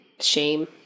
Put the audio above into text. shame